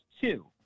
two